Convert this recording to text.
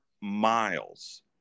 miles